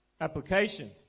application